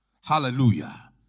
Hallelujah